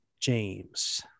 James